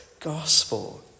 gospel